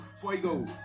fuego